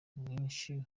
mwinshi